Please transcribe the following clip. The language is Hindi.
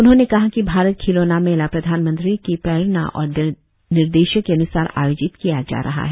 उन्होंने कहा कि भारत खिलौना मेला प्रधानमंत्री की प्रेरणा और निर्देशों के अन्सार आयोजित किया जा रहा है